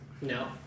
No